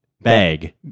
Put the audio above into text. Bag